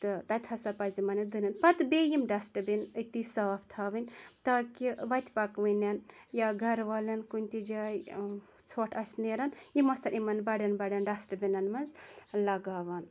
تہٕ تَتہِ ہَسا پَزِ یِمَن یہِ دِ نُن پَتہٕ بیٚیہِ یِم ڈَسٹہٕ بِن أتی صاف تھاوٕنۍ تاکہِ وَتہِ پَکوٕنٮ۪ن یا گَرٕ والٮ۪ن کُنہِ تہِ جایہِ ژھوٚٹھ آسہِ نیران یِم آسَن یِمَن بَڑیٚن بَڑیٚن ڈَسٹہٕ بِنَن مَنٛز لَگاوان